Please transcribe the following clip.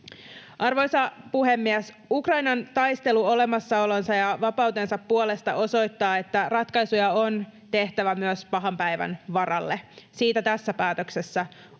Arvoisa puhemies! Ukrainan taistelu olemassaolonsa ja vapautensa puolesta osoittaa, että ratkaisuja on tehtävä myös pahan päivän varalle. Siitä tässä päätöksessä on